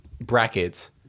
brackets